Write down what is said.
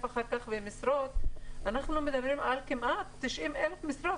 אחר כך במשרות אנחנו מדברים על כ-90,000 משרות.